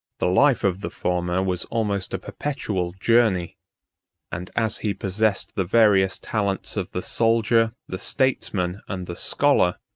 the life of the former was almost a perpetual journey and as he possessed the various talents of the soldier, the statesman, and the scholar,